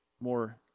more